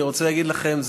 אני רוצה להגיד לכם,